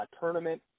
tournament